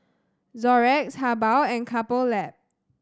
Xorex Habhal and Couple Lab